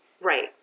Right